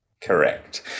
Correct